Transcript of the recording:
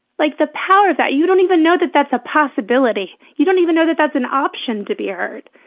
like, the power of that you don't even know that that's a possibility. you don't even know that that's an option to be heard.